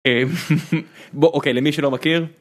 בוא אוקיי למי שלא מכיר.